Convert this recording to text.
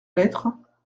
lettre